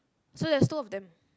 so there's two of them